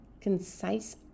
concise